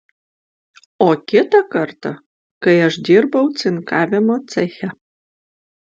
o kitą kartą kai aš dirbau cinkavimo ceche